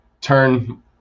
turn